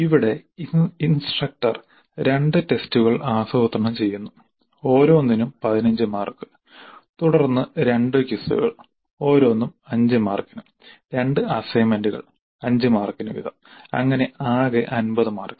ഇവിടെ ഇൻസ്ട്രക്ടർ 2 ടെസ്റ്റുകൾ ആസൂത്രണം ചെയ്യുന്നു ഓരോനിന്നും 15 മാർക്ക് തുടർന്ന് 2 ക്വിസുകൾ ഓരോന്നും 5 മാർക്കിനും 2 അസൈൻമെന്റുകൾ 5 മാർക്കിന് വീതം അങ്ങനെ ആകെ 50 മാർക്ക്